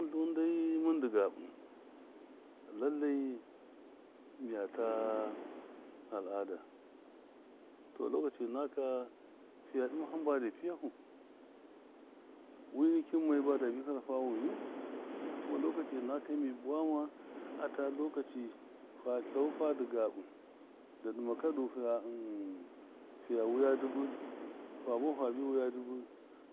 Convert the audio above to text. mɨndɨ gabɨ lallai miyata al. ada tɔ loɔkaci nakaka fiya dɨma hambadi piyafu, wi nikin mɔyu badabi hara fa wiyu kuma lɔka nakaka mi buwama ata lɔkaci fa tlafu fadi gabi dɨ dɨmaka du fiya fiya wuya dɨbɨ fa buwafu fabi wuya dɨbɨ